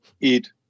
eat